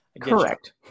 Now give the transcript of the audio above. correct